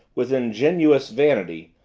with ingenious vanity,